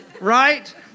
right